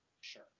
sure